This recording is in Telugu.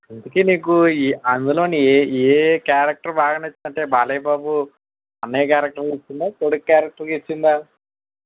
ఇంతకీ నీకు అందులోని ఏ ఏ క్యారెక్టర్ బాగా నచ్చింది అంటే బాలయ్య బాబు అన్నయ్య క్యారెక్టర్ నచ్చిందా కొడుకు క్యారెక్టర్ నచ్చిందా